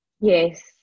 Yes